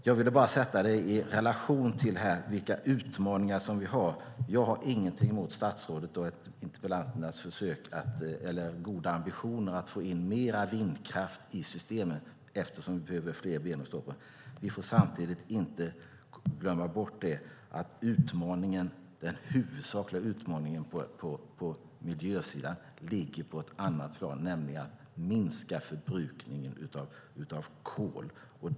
Jag vill sätta dessa frågor i relation till de utmaningar som finns. Jag har inget emot statsrådets och interpellanternas goda ambitioner att få in mer vindkraft i systemen eftersom det behövs fler ben att stå på, men vi får samtidigt inte glömma bort att den huvudsakliga utmaningen på miljösidan ligger på ett annat plan, nämligen att minska förbrukningen av kol.